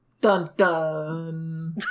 Dun-dun